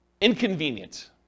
inconvenient